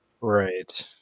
Right